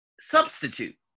Substitute